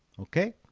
okay.